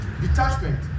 detachment